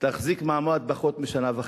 תחזיק מעמד פחות משנה וחצי.